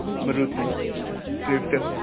Maruti swift